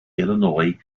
illinois